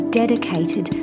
dedicated